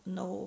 no